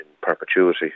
perpetuity